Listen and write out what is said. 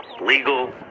legal